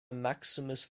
maximus